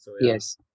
yes